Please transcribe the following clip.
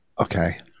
Okay